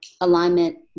Alignment